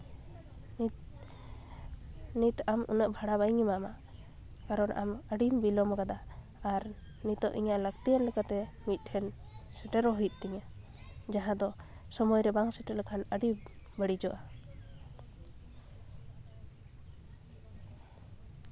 ᱱᱤᱛ ᱱᱤᱛ ᱟᱢ ᱩᱱᱟᱹᱜ ᱵᱷᱟᱲᱟ ᱵᱟᱹᱧ ᱮᱢᱟᱢᱟ ᱠᱟᱨᱚᱱ ᱟᱢ ᱟᱹᱰᱤᱢ ᱵᱤᱞᱚᱢᱟᱠᱟᱫᱟ ᱟᱨ ᱱᱤᱛᱳᱜ ᱤᱧᱟᱹᱜ ᱞᱟᱹᱠᱛᱤᱭᱟᱱ ᱞᱮᱠᱟᱛᱮ ᱢᱤᱫᱴᱷᱮᱱ ᱥᱮᱮᱨᱚᱜ ᱦᱩᱭᱩᱜ ᱛᱤᱧᱟᱹ ᱡᱟᱦᱟᱸ ᱫᱚ ᱥᱚᱢᱚᱭ ᱨᱮ ᱵᱟᱝ ᱥᱮᱴᱮᱨ ᱞᱮᱠᱷᱟᱱ ᱟᱹᱰᱤ ᱵᱟᱹᱲᱤᱡᱚᱜᱼᱟ